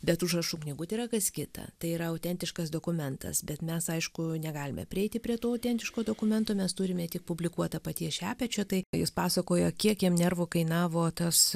bet užrašų knygutė yra kas kita tai yra autentiškas dokumentas bet mes aišku negalime prieiti prie to autentiško dokumento mes turime tik publikuotą paties šepečio tai ką jis pasakojo kiek jam nervų kainavo tas